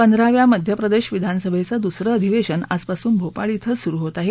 पंधराव्या मध्य प्रदेश विधानसभेचं दुसरं अधिवेशन आजपासून भोपाळ धिं सुरु होत आहे